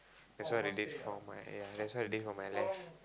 that's what they did for my ya that's what they did for my leg